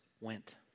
went